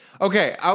Okay